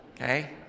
okay